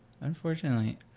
Unfortunately